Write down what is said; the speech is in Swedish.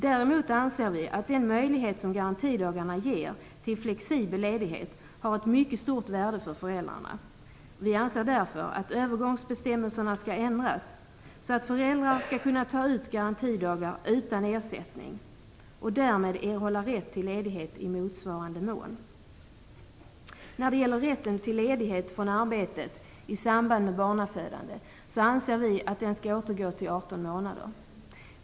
Däremot anser vi att den möjlighet som garantidagarna ger till flexibel ledighet har ett mycket stort värde för föräldrarna. Vi anser därför att övergångsbestämmelserna skall ändras så att föräldrarna skall kunna ta ut garantidagar utan ersättning och därmed erhålla rätt till ledighet i motsvarande mån. Vi anser att rätten till ledighet från arbetet i samband med barnafödande skall återgå till 18 månader.